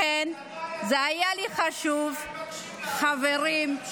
לכן זה היה לי חשוב, חברים.